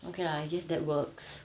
okay lah I guess that works